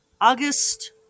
August